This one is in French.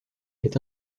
est